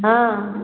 हाँ